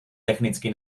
technicky